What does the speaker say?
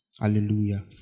Hallelujah